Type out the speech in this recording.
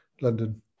London